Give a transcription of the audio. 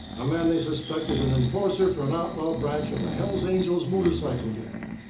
a man they suspect is an enforcer for an outlaw branch of the hell's angels motorcycle gang.